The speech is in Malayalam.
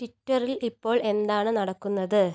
ട്വിറ്ററിൽ ഇപ്പോൾ എന്താണ് നടക്കുന്നത്